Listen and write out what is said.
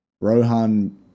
Rohan